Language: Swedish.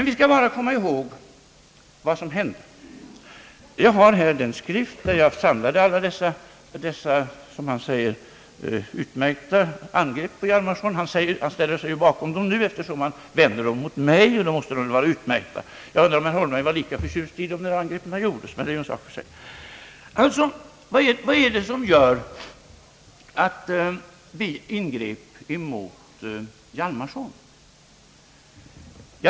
Vi skall komma ihåg vad som hände. Jag har här den skrift där jag samlade alla dessa som han säger utmärkta angrepp mot Hjalmarson. Han ställer sig bakom dem nu eftersom han vänder dem mot mig, och då måste de vara utmärkta. Jag undrar om herr Holmberg var lika förtjust i dem när angreppen gjordes, men det är en sak för sig. Vad var det som gjorde att vi ingrep mot herr Hjalmarson?